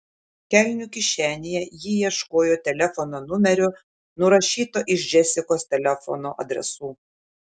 kelnių kišenėje ji ieškojo telefono numerio nurašyto iš džesikos telefono adresų